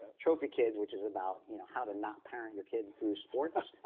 ah trophy kids, which is about you know how to not parent your kid through sports.